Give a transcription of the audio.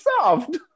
soft